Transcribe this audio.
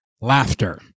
laughter